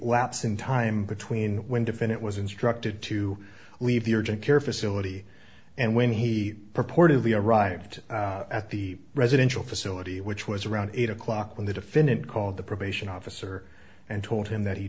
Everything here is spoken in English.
lapse in time between when defendant was instructed to leave the urgent care facility and when he purportedly arrived at the residential facility which was around eight o'clock when the defendant called the probation officer and told him that he